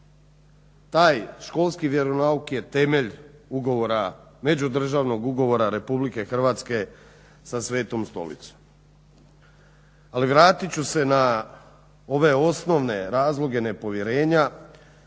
taj školski vjeronauk je temelj ugovora međudržavnog ugovora RH sa Sv. Stolicom. Ali vratit ću se na ove osnovne razloge nepovjerenja,